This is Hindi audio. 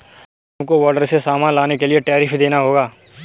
तुमको बॉर्डर से सामान लाने के लिए टैरिफ देना होगा